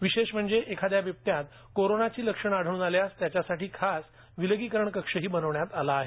विशेष म्हणजे एखाद्या बिबट्यात कोरोनाची लक्षण आढळून आल्यास त्याच्यासाठी खास विलगीकरण कक्षही बनवण्यात आला आहे